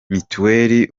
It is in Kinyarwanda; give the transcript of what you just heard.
mitiweri